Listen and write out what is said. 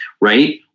right